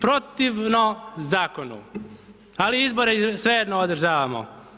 Protivno zakonu, ali izborne svejedno održavamo.